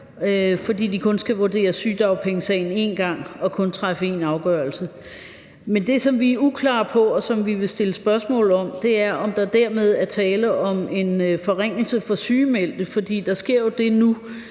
fordi de kun skal vurdere sygedagpengesagen én gang og kun træffe én afgørelse. Men det, som vi er uklare på, og som vi vil stille spørgsmål om, er, om der dermed er tale om en forringelse for sygemeldte. For der sker jo det nu,